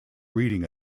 reading